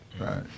Right